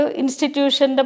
institution